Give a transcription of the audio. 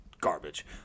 garbage